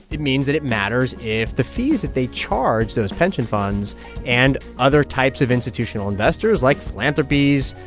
it means that it matters if the fees that they charge those pension funds and other types of institutional investors, like philanthropies,